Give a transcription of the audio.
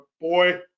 boy